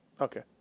Okay